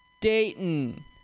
Dayton